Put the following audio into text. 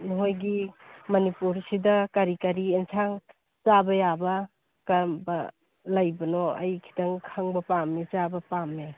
ꯅꯈꯣꯏꯒꯤ ꯃꯅꯤꯄꯨꯔꯁꯤꯗ ꯀꯔꯤ ꯀꯔꯤ ꯌꯦꯟꯁꯥꯡ ꯆꯥꯕ ꯌꯥꯕ ꯀꯔꯝꯕ ꯂꯩꯕꯅꯣ ꯑꯩ ꯈꯤꯇꯪ ꯈꯪꯕ ꯄꯥꯝꯃꯤ ꯆꯥꯕ ꯄꯥꯝꯃꯦ